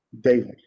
daily